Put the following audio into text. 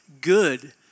good